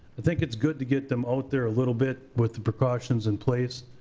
i think it's good to get them out there a little bit, with the precautions in place,